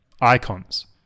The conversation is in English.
Icons